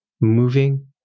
moving